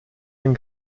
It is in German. den